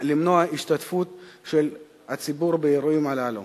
למנוע השתתפות של הציבור באירועים הללו.